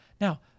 Now